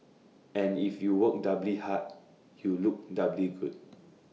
and if you work doubly hard you look doubly good